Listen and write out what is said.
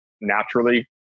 naturally